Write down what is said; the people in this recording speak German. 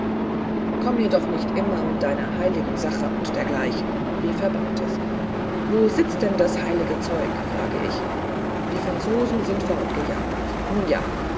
komm mir doch nicht immer mit deiner heiligen sache und dergleichen rief herr bantes wo sitzt denn das heilige zeug frage ich die franzosen sind fortgejagt nun ja